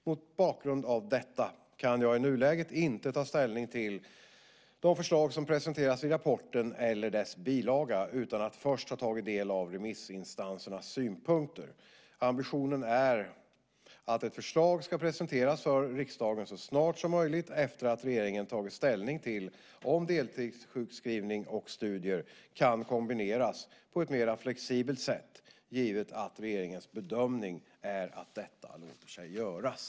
Mot bakgrund av detta kan jag i nuläget inte ta ställning till de förslag som presenteras i rapporten eller dess bilaga utan att först ha tagit del av remissinstansernas synpunkter. Ambitionen är att ett förslag ska presenteras för riksdagen så snart som möjligt efter att regeringen tagit ställning till om deltidssjukskrivning och studier kan kombineras på ett mera flexibelt sätt, givet att regeringens bedömning är att detta låter sig göras.